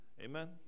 Amen